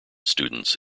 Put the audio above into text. students